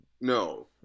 No